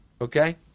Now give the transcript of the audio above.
okay